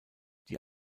die